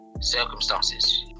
circumstances